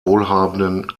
wohlhabenden